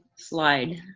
slide.